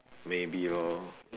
maybe lor